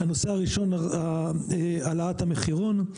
הנושא הראשון הוא העלאת המחירון,